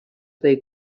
they